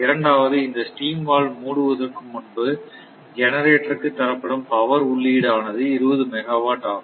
இரண்டாவது இந்த steam valve மூடுவதற்கு முன்பு ஜெனரேட்டர் க்கு தரப்படும் பவர் உள்ளீடு ஆனது 20 மெகாவாட் ஆகும்